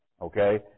okay